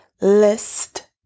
list